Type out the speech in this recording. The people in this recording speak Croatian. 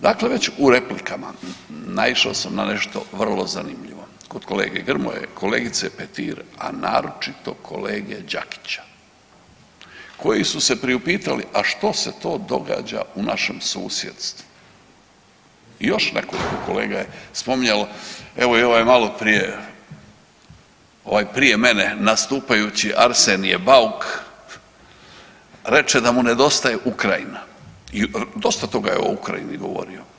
Dakle, već u replikama naišao sam na nešto vrlo zanimljivo kod kolege Grmoje, kolegice Petir, a naročito kolege Đakića koji su se priupitali, a što se to događa u našem susjedstvu i još nekoliko kolega je spominjalo, evo i ovaj maloprije, ovaj prije mene nastupajući Arsenije Bauk reče da mu nedostaje Ukrajina i dosta toga je o Ukrajini govorio.